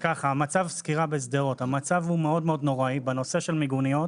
סקירה בשדרות: המצב הוא מאוד נוראי בנושא של מיגוניות.